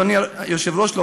אדוני היושב-ראש,